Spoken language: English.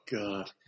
God